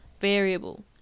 variable